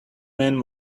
men